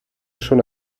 schon